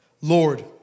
Lord